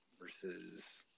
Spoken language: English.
versus